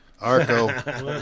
Arco